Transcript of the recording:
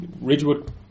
Ridgewood